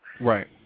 Right